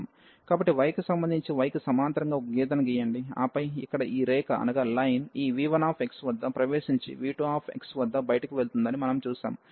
కాబట్టి yకి సంబంధించి yకి సమాంతరంగా ఒక గీతను గీయండి ఆపై ఇక్కడ ఈ రేఖ ఈ v1x వద్ద ప్రవేశించి v2వద్ద బయటకు వెళ్తుందని మనం చూస్తాము